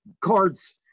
cards